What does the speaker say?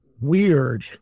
weird